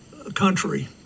country